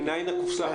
מניין הקופסא.